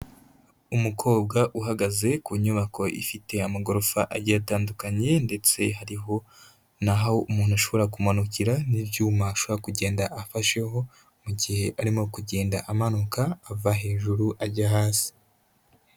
Umukobwa uhagaze ku nyubako ifite amagorofa agiye atandukanye, ndetse hariho n'aho umuntu ashobora kumanukira, n'ibyuma ashobora kugenda afasheho mu gihe arimo kugenda amanuka ava hejuru ajya hasi.